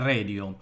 Radio